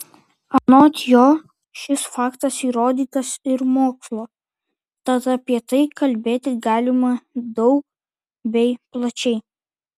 anot jo šis faktas įrodytas ir mokslo tad apie tai kalbėti galima daug bei plačiai